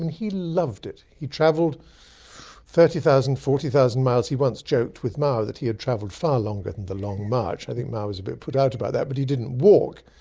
and he loved it! he travelled thirty thousand or forty thousand miles! he once joked with mao that he had travelled far longer than the long march. i think mao was a bit put out about that. but he didn't walk!